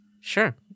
Sure